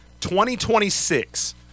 2026